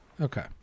Okay